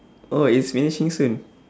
oh it's finishing soon